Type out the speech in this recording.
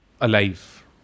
alive